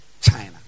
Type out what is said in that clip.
China